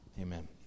Amen